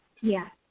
Yes